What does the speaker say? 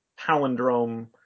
palindrome